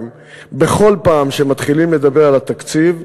בכל פעם שמתחילים לדבר על התקציב,